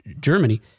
Germany